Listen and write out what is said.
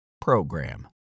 PROGRAM